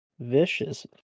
vicious